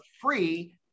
free